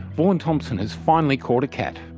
vaughn thompson has finally caught a cat.